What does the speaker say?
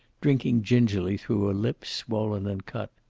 drinking gingerly through a lip swollen and cut.